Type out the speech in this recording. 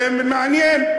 זה מעניין,